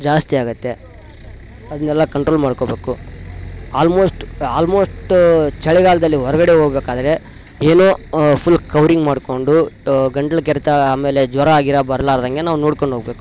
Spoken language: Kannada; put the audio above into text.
ಜಾಸ್ತಿ ಆಗುತ್ತೆ ಅದನ್ನೆಲ್ಲ ಕಂಟ್ರೋಲ್ ಮಾಡ್ಕೊಬೇಕು ಆಲ್ಮೋಸ್ಟ್ ಆಲ್ಮೋಸ್ಟ್ ಚಳಿಗಾಲದಲ್ಲಿ ಹೊರಗಡೆ ಹೋಗಬೇಕಾದ್ರೆ ಏನು ಫುಲ್ ಕವ್ರಿಂಗ್ ಮಾಡಿಕೊಂಡು ಗಂಟ್ಲು ಕೆರೆತ ಆಮೇಲೆ ಜ್ವರ ಗಿರ ಬರಲಾರ್ದಂಗೆ ನಾವು ನೋಡ್ಕೊಂಡು ಹೋಗಬೇಕು